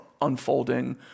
unfolding